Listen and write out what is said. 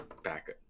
back